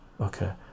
okay